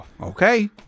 Okay